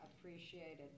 appreciated